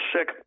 sick